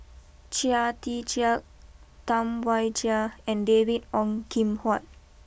Chia Tee Chiak Tam Wai Jia and David Ong Kim Huat